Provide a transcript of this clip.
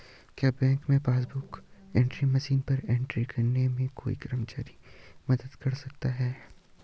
क्या बैंक में passbook book entry machine पर एंट्री करने में कोई कर्मचारी मदद कर सकते हैं?